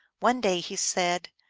one day he said,